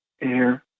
air